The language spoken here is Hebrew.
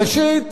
ראשית,